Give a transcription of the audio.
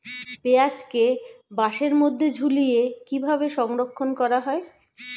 পেঁয়াজকে বাসের মধ্যে ঝুলিয়ে কিভাবে সংরক্ষণ করা হয়?